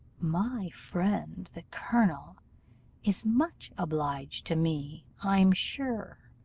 my friend the colonel is much obliged to me, i'm sure,